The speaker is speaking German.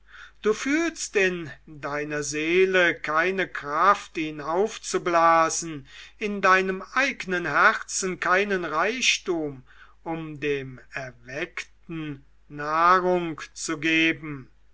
du fühlst in deiner seele keine kraft ihn aufzublasen in deinem eigenen herzen keinen reichtum um dem erweckten nahrung zu geben